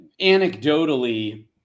anecdotally